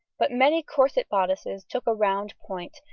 but many corset bodices took a round point,